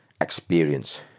experience